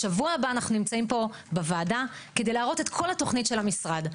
בשבוע הבא אנחנו נמצאים פה בוועדה כדי להראות את כל התוכנית של המשרד.